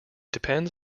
depends